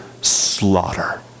slaughter